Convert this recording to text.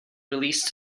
released